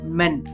men